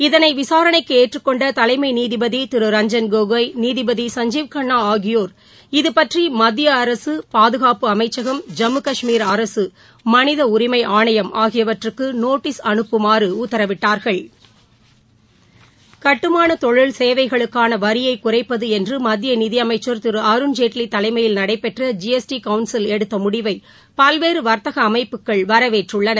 இதனை விசாரணைக்கு ஏற்றுக்கொண்ட தலைமை நீதிபதி திரு ரஞ்சன் கோகோய் நீதிபதி கஞ்சீவ் கன்னா ஆகியோர் இது பற்றி மத்திய அரசு பாதுகாப்பு அமைச்சகம் ஜம்மு காஷ்மீர் அரசு மளித உரிமை ஆணையம் ஆகியவற்றுக்கு நோட்டீஸ் அனுப்புமாறு உத்தரவிட்டார்கள் கட்டுமான தொழில் சேவைகளுக்கான வரியை குறைப்பது என்று மத்திய நிதியமைச்சர் திரு அருண்ஜேட்வி தலைமயில் நடைபெற்ற ஜிஎஸ்டி கவுன்சில் எடுத்த முடிவை பல்வேறு வர்த்தக அமைப்புகள் வரவேற்றுள்ளன